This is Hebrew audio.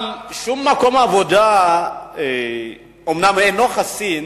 שום מקום עבודה אומנם אינו חסין,